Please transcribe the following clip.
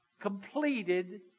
completed